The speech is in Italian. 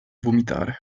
vomitare